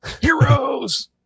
Heroes